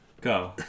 go